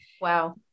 Wow